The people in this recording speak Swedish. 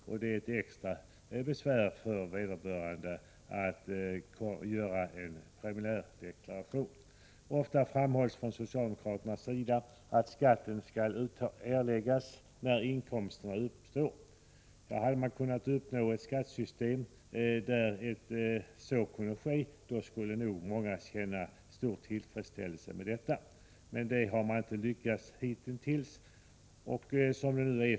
Det är dessutom ett extra 15 maj 1985 besvär att göra en preliminärdeklaration. Ofta framhålls från socialdemokraternas sida att skatten skall erläggas när Vissa uppbördsinkomsterna uppstår. Hade man uppnått ett skattesystem där så kunde ske P !: E och taxeringsfrågor skulle nog många känna stor tillfredsställelse. Men det har man inte lyckats UN med hitintills.